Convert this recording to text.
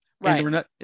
right